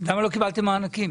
למה הם לא קיבלו מענקים?